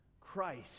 Christ